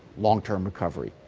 long term recovery.